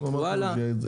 הם ייקרו הלאה,